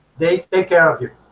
they take care of you